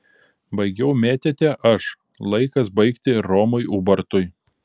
baigiau mėtyti aš laikas baigti ir romui ubartui